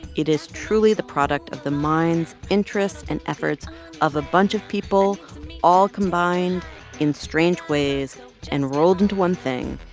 it is truly the product of the minds, interests and efforts of a bunch of people all combined in strange ways and rolled into one thing.